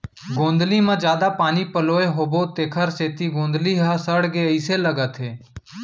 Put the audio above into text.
गोंदली म जादा पानी पलोए होबो तेकर सेती गोंदली ह सड़गे अइसे लगथे